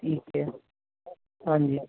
ਠੀਕ ਐ ਹਾਂਜੀ